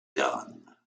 done